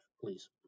please